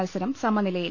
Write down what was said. മത്സരം സമനിലയിൽ